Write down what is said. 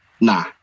Nah